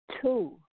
two